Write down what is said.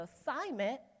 assignment